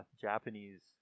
Japanese